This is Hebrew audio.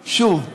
שוב,